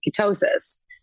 ketosis